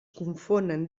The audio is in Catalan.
confonen